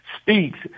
speaks